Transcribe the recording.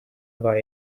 about